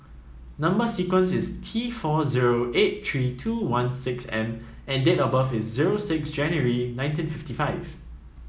number sequence is T four zero eight three two one six M and date of birth is zero six January nineteen fifty five